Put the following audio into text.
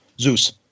zeus